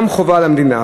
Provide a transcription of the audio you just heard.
גם הם חובה של המדינה.